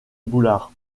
boulard